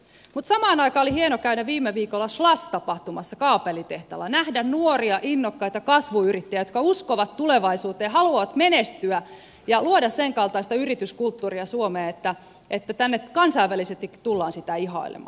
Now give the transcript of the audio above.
mutta samoin oli hieno käydä viime viikolla slush tapahtumassa kaapelitehtaalla ja nähdä nuoria innokkaita kasvuyrittäjiä jotka uskovat tulevaisuuteen haluavat menestyä ja luoda senkaltaista yrityskulttuuria suomeen että tänne kansainvälisestikin tullaan sitä ihailemaan